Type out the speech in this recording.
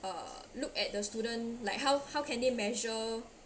uh look at the student like how how can they measure